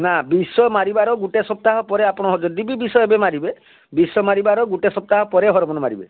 ନା ବିଷ ମାରିବାର ଗୁଟେ ସପ୍ତାହ ପରେ ଆପଣ ଯଦି ବି ବିଷ ଏବେ ମାରିବେ ବିଷ ମାରିବାର ଗୁଟେ ସପ୍ତାହ ପରେ ହରମୋନ୍ ମାରିବେ